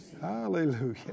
Hallelujah